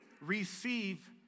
receive